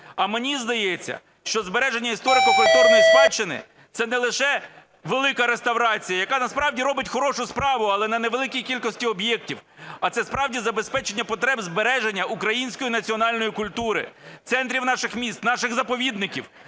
А мені здається, що збереження історико-культурної спадщини – це не лише "Велика реставрація", яка насправді робить хорошу справу, але не на великій кількості об'єктів. А це справді забезпечення потреб збереження української національної культури, центрів наших міст, наших заповідників.